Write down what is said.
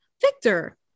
Victor